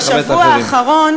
אנחנו בשבוע האחרון,